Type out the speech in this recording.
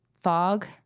fog